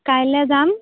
কাইলৈ যাম